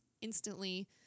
instantly